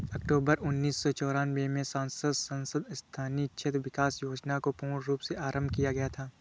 अक्टूबर उन्नीस सौ चौरानवे में संसद सदस्य स्थानीय क्षेत्र विकास योजना को पूर्ण रूप से आरम्भ किया गया था